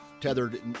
Tethered